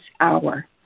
hour